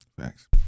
Thanks